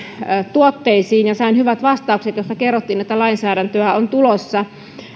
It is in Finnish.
tuotteisiin ja sain hyvät vastaukset joissa kerrottiin että lainsäädäntöä on tulossa